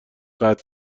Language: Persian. قطع